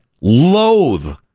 loathe